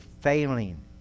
failing